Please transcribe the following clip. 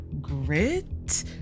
grit